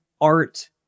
Art